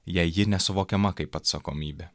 jei ji nesuvokiama kaip atsakomybė